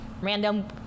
random